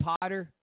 potter